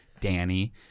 Danny